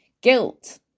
Guilt